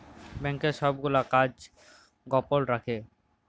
ব্যাংকের ছব গুলা কাজ গুলা গপল রাখ্যে